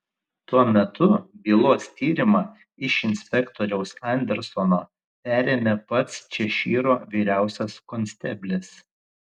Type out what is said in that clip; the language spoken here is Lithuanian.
tuo metu bylos tyrimą iš inspektoriaus andersono perėmė pats češyro vyriausias konsteblis